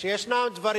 העניין פשוט.